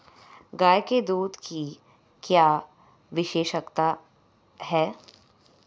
गाय के दूध की क्या विशेषता है?